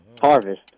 Harvest